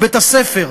מבית-הספר.